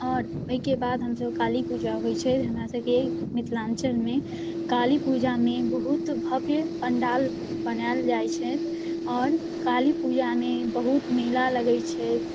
आओर एहिके बाद हमसब काली पूजा होइ छै हमरासबके मिथिलाञ्चलमे काली पूजामे बहुत भव्य पण्डाल बनाएल जाइ छै आओर काली पूजामे बहुत मेला लगै छै